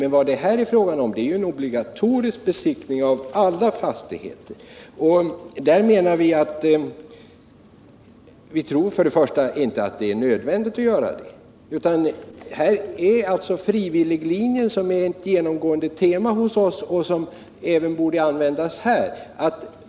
Men vad det här är fråga om är en obligatorisk besiktning av alla fastigheter. Vi tror inte att detta är nödvändigt. Frivilliglinjen är ett genomgående tema hos oss och borde användas även här.